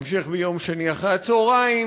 המשך ביום שני אחרי הצהריים,